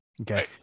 Okay